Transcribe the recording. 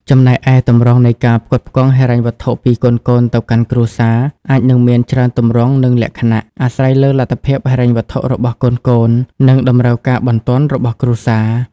ចំណែកឯ ទម្រង់នៃការផ្គត់ផ្គង់ហិរញ្ញវត្ថុពីកូនៗទៅកាន់គ្រួសារ អាចនឹងមានច្រើនទម្រង់ និងលក្ខណៈ អាស្រ័យលើលទ្ធភាពហិរញ្ញវត្ថុរបស់កូនៗ និងតម្រូវការបន្ទាន់របស់គ្រួសារ។